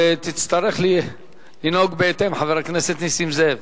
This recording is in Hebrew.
ותצטרך לנהוג בהתאם, חבר הכנסת נסים זאב.